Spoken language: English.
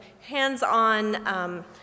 hands-on